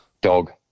dog